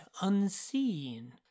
unseen